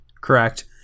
Correct